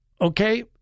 Okay